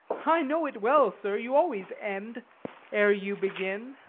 i know it well, sir you always end ere you begin.